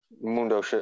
Mundo